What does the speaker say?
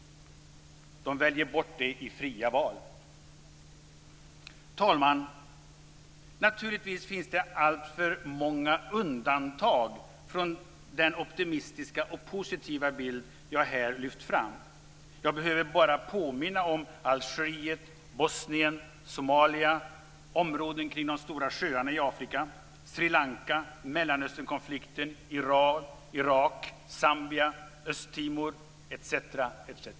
De väljer bort det i fria val. Fru talman! Naturligtvis finns det alltför många undantag från den optimistiska och positiva bild jag här lyft fram. Jag behöver bara påminna om Algeriet, Zambia, Östtimor, etc.